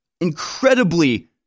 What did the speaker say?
incredibly